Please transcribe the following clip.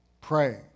pray